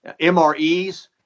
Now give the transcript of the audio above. MREs